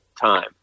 time